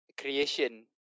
creation